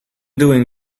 doing